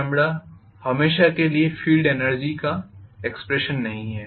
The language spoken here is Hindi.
id हमेशा के लिए फील्ड एनर्जी का एक्सप्रेशन नहीं है